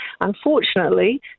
Unfortunately